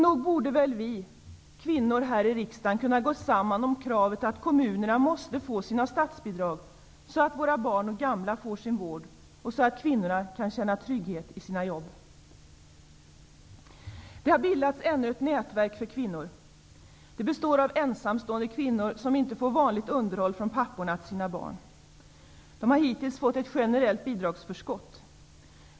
Nog borde väl vi kvinnor här i riksdagen kunna gå samman om kravet att kommunerna måste få sina statsbidrag så att våra barn och gamla får sin vård och så att kvinnorna kan känna trygghet i sina jobb? Det har bildats ännu ett nätverk för kvinnor. Det består av ensamstående kvinnor som inte får vanligt underhåll från papporna till sina barn. De har hittills fått ett generellt bidragsförskott.